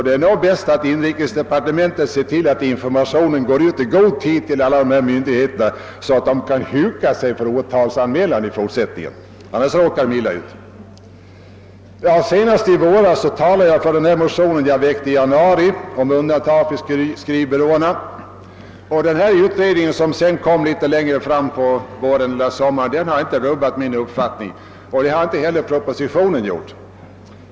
Det är nog bäst att inrikesministern ser till att informationen i god tid går ut till alla dessa myndigheter, så att de kan »huka sig» för åtalsanmälan i fortsättningen. Annars råkar de illa ut. Senast i våras talade jag för den motion jag hade väckt i januari om undantag för skrivbyråerna. Den utredning som kom litet längre fram på våren eller sommaren har inte rubbat min uppfattning, och det har inte heller propositionen gjort.